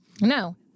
No